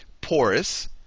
porous